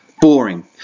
Boring